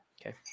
Okay